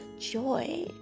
joy